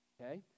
okay